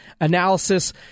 analysis